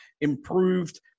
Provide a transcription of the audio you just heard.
improved